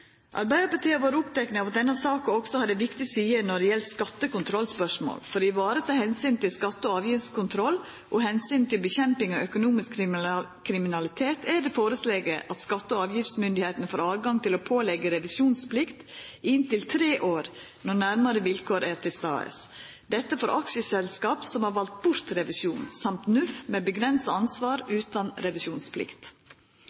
Arbeidarpartiet har vore oppteke av at denne saka også har ei viktig side når det gjeld skattekontrollspørsmål. For å vareta omsynet til skatte- og avgiftskontroll og omsynet til kampen mot økonomisk kriminalitet er det føreslege at skatte- og avgiftsmyndigheitene får høve til å påleggja revisjonsplikt i inntil tre år når nærare vilkår er til stades – dette for aksjeselskap som har valt bort revisjon, samt NUF med avgrensa ansvar